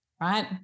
right